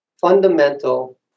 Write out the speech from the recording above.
fundamental